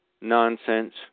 nonsense